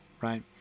Right